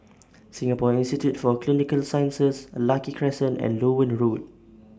Singapore Institute For Clinical Sciences Lucky Crescent and Loewen Road